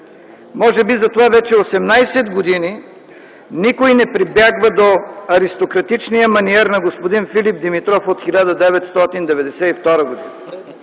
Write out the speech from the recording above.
Може би затова вече 18 години не прибягват до аристократичния маниер на господин Филип Димитров от 1992 г.,